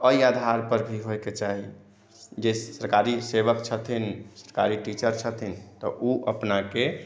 तऽ एहि आधार पर भी होइके चाही जे सरकारी सेवक छथिन सरकारी टीचर छथिन तऽ ओ अपनाके